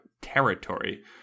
territory